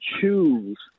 choose